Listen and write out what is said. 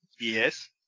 Yes